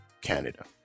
Canada